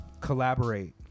collaborate